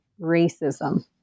racism